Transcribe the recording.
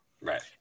right